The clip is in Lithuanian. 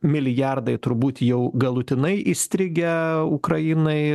milijardai turbūt jau galutinai įstrigę ukrainai